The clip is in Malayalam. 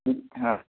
ആ